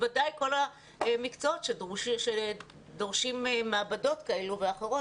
בוודאי כל המקצועות שדורשים מעבדות כאלו ואחרות,